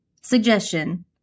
suggestion